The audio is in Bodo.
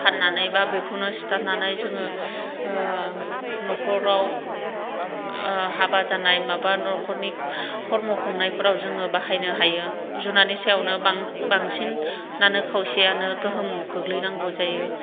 फाननानै बा बेखौनो सिथारनानै जोङो न'खराव हाबा जानाय माबा न'खरनि खरम' खुंनायफोराव जोङो बाहायनो हायो जुनारनि सायाव बांसिनानो खावसेयानो गोहोम गोलैनांगौ जायो